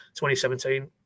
2017